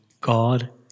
God